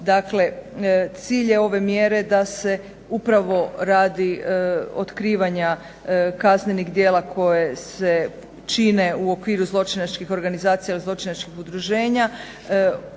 Dakle, cilj je ove mjere da se upravo radi otkrivanja kaznenih djela koja se čine u okviru zločinačkih organizacija ili zločinačkih udruženja